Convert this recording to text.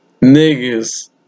Niggas